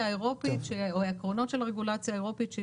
האירופאית או עם העקרונות של הרגולציה האירופית.